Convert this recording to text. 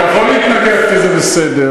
אתה יכול להתנגח אתי, זה בסדר.